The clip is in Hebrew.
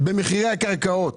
במחירי הקרקעות.